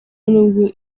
n’ubwo